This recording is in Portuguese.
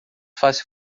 fácil